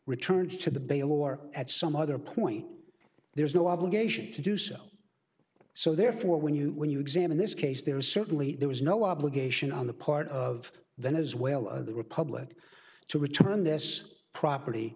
returned to the bail or at some other point there's no obligation to do so so therefore when you when you examine this case there was certainly there was no obligation on the part of then as well of the republic to return this property